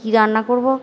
কি রান্না করবো